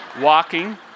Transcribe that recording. Walking